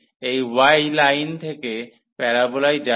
এই y line থেকে প্যারাবোলায় যাবে